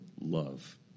love